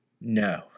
No